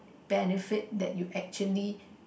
benefit that you actually